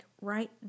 right